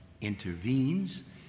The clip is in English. intervenes